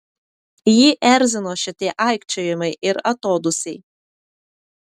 jį erzino šitie aikčiojimai ir atodūsiai